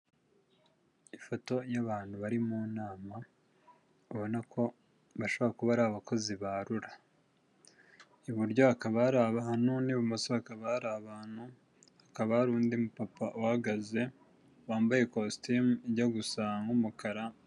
Ifoto y'abantu bari mu nama ubona ko bashobora kuba ari abakozi ba Rura. Iburyo hakaba hari abantu n'ibumoso hakaba hari abantu, hakaba hari undi mu papa uhagaze, wambaye kositimu ijya gusa nk'umukara.